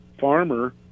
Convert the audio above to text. Farmer